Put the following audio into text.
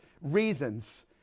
reasons